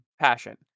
passion